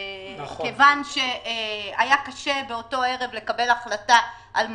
מכיוון שהיה קשה באותו ערב לקבל החלטה על מנגנון,